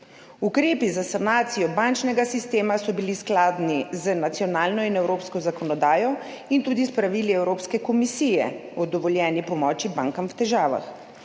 Ukrepi za sanacijo bančnega sistema so bili skladni z nacionalno in evropsko zakonodajo in tudi s pravili Evropske komisije o dovoljeni pomoči bankam v težavah,